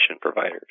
providers